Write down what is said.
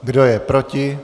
Kdo je proti?